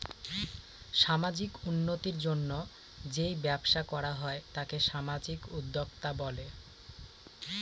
সামাজিক উন্নতির জন্য যেই ব্যবসা করা হয় তাকে সামাজিক উদ্যোক্তা বলে